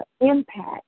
impact